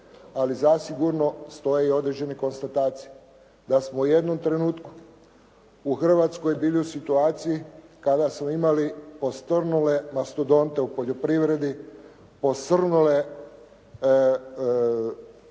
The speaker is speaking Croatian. Ali zasigurno stoje i određene konstatacije da smo u jednom trenutku u Hrvatskoj bili u situaciji kada smo imali posrnule mastodonte u poljoprivredi, posrnule tvrtke